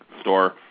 store